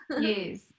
Yes